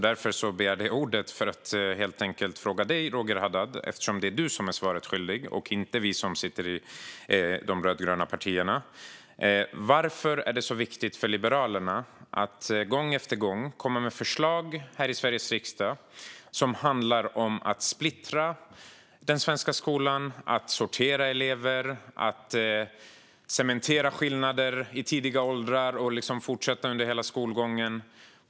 Jag begärde ordet för att fråga dig, Roger Haddad, eftersom det är du och inte vi i de rödgröna partierna som är svaret skyldig: Varför är det så viktigt för Liberalerna att gång efter gång komma med förslag här i Sveriges riksdag som handlar om att splittra den svenska skolan, att sortera elever och att cementera skillnader i tidiga åldrar som fortlever under hela skolgången?